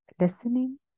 listening